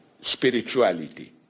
spirituality